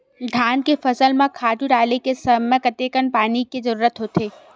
धान के फसल म खातु डाले के समय कतेकन पानी के जरूरत होथे?